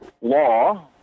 Law